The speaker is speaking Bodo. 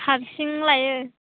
हारसिं लायो